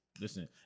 Listen